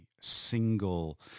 single